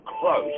close